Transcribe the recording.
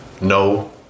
no